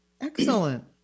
Excellent